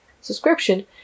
subscription